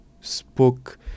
spoke